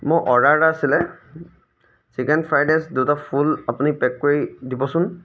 মোৰ অৰ্ডাৰ এটা আছিলে চিকেন ফ্ৰাইড ৰাইচ দুটা ফুল আপুনি পেক কৰি দিবচোন